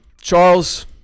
Charles